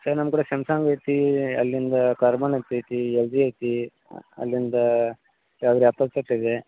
sir ನಮ್ಮ ಕೂಡೆ Samsung ಐತೀ ಅಲ್ಲಿಂದ ಕಾರ್ಬನ್ ಅಂತೈತಿ ಎಲ್ ಜಿ ಐತಿ ಅಲ್ಲಿಂದ ಯಾವ್ದುರೆ ಆ್ಯಪಲ್ ಸೆಟ್ ಇದೆ